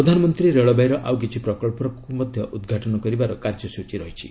ପ୍ରଧାନମନ୍ତ୍ରୀ ରେଳବାଇର ଆଉ କିଛି ପ୍ରକଳ୍ପକୁ ମଧ୍ୟ ଉଦ୍ଘାଟନ କରିବାର କାର୍ଯ୍ୟସୂଚୀ ରହିଛି